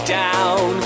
down